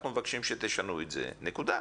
אנחנו מבקשים שתשנו את זה, נקודה.